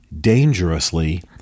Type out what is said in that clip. dangerously